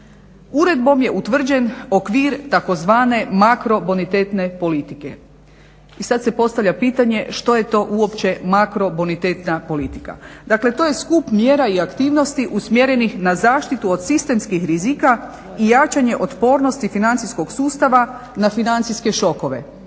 Uredbom je utvrđen okvir tzv. makrobonitetne politike. I sad se postavlja pitanje što je to uopće makrobonitetna politika? Dakle to je skup mjera i aktivnosti usmjerenih na zaštitu od sistemskih rizika i jačanje otpornosti financijskog sustava na financijske šokove.